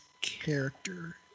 character